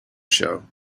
show